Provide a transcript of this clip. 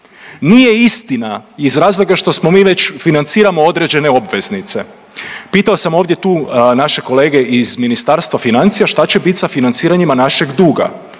Nije istina iz razloga što smo mi već financiramo određene obveznice. Pitao sam ovdje tu naše kolege iz Ministarstva financija šta će biti sa financiranjima našeg duga